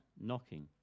knocking